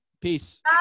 Peace